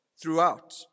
throughout